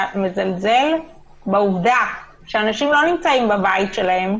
אתה מזלזל בעובדה שאנשים לא נמצאים בבית שלהם.